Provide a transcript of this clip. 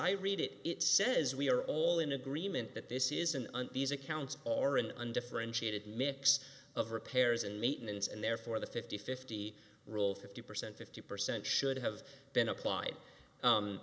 i read it it says we are all in agreement that this isn't on these accounts or an undifferentiated mix of repairs and maintenance and therefore the fifty fifty rule fifty percent fifty percent should have been applied